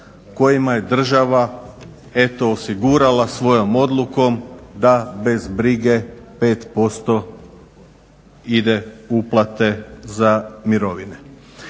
kojima je država eto osigurala svojom odlukom da bez brige 5% ide uplate za mirovine.